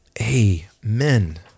amen